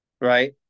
Right